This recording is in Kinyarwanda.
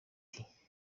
nti